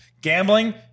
Gambling